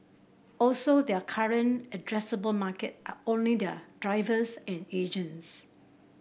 also their current addressable market are only their drivers end agents